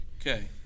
okay